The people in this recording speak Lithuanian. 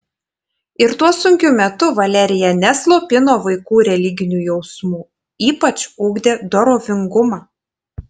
ir tuo sunkiu metu valerija neslopino vaikų religinių jausmų ypač ugdė dorovingumą